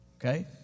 Okay